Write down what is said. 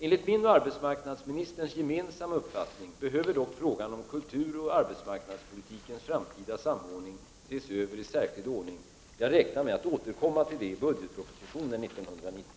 Enligt min och arbetsmarknadsministerns gemensamma uppfattning behöver dock frågan om kulturoch arbetsmarknadspolitikens framtida samordning ses över i särskild ordning. Jag räknar med att återkomma till detta i budgetpropositionen 1990.